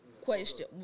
question